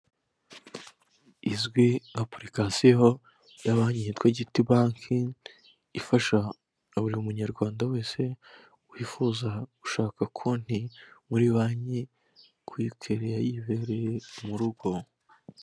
Izwi application ya banki yitwa Igiti bank ifasha buri munyarwanda wese wifuza gushaka konti muri iyo banki kuyikereya yibereye mu rugo.